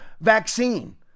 vaccine